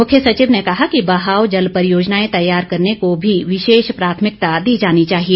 मुख्य सचिव ने कहा कि बहाव जल परियोजनाएं तैयार करने को भी विशेष प्राथमिकता दी जानी चाहिए